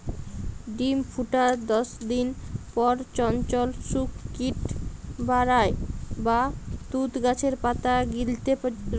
ডিম ফুটার দশদিন পর চঞ্চল শুক কিট বারায় আর তুত গাছের পাতা গিলতে রয়